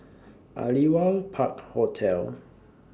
Aliwal Park Hotel